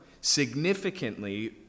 significantly